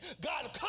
God